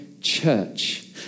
church